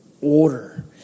order